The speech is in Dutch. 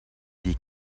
die